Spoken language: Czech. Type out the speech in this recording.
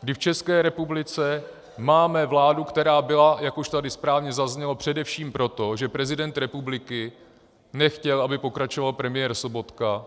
kdy v České republice máme vládu, která byla, jak už tady správně zaznělo, především proto, že prezident republiky nechtěl, aby pokračoval premiér Sobotka.